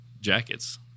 jackets